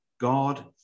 God